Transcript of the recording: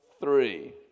three